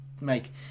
make